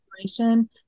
inspiration